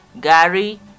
Gary